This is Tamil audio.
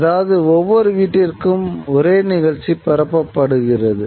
அதாவது ஒவ்வொரு வீட்டிற்கும் ஒரே நிகழ்ச்சி பரப்பப்பட்டுகிறது